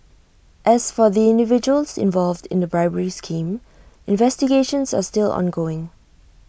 as for the individuals involved in the bribery scheme investigations are still ongoing